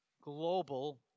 global